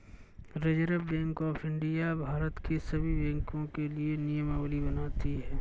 reserve bank of India Bharat के सभी बैंकों के लिए नियमावली बनाती है